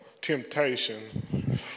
temptation